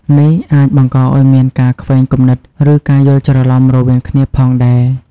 នេះអាចបង្កឲ្យមានការខ្វែងគំនិត ឬការយល់ច្រឡំរវាងគ្នាផងដែរ។